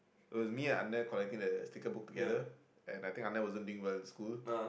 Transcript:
it was me and anneh collecting the sticker book together and I think anneh wasn't doing well in school